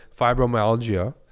fibromyalgia